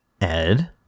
ed